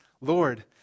Lord